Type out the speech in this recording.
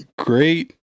great